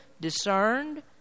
discerned